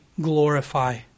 glorify